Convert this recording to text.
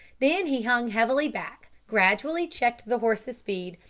then he hung heavily back, gradually checked the horse's speed,